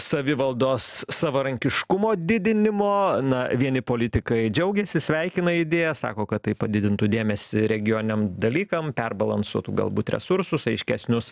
savivaldos savarankiškumo didinimo na vieni politikai džiaugiasi sveikina idėją sako kad tai padidintų dėmesį regioniniam dalykam perbalansuotų galbūt resursus aiškesnius